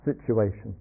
situation